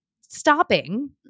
stopping